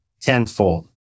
tenfold